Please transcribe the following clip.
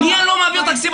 אני לא מעביר תקציב,